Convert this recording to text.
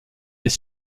est